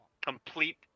complete